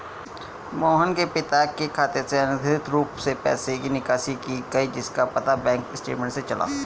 मोहन के पिताजी के खाते से अनधिकृत रूप से पैसे की निकासी की गई जिसका पता बैंक स्टेटमेंट्स से चला